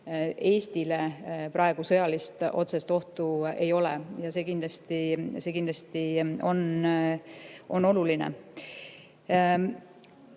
Eestile praegu sõjalist otsest ohtu ei ole. See on kindlasti oluline.